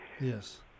Yes